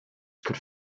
could